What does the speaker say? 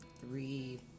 three